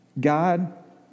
God